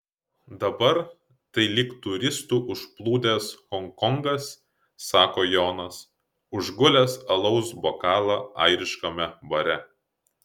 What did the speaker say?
dabar tai lyg turistų užplūdęs honkongas sako jonas užgulęs alaus bokalą airiškame bare